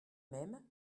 même